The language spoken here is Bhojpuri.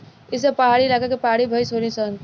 ई सब पहाड़ी इलाका के पहाड़ी भईस होली सन